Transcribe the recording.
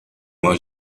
uma